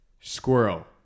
squirrel